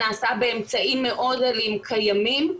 נעשה באמצעים מאוד דלים קיימים.